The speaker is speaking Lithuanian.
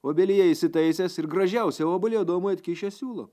obelyje įsitaisęs ir gražiausią obuolį adomui atkišęs siūlo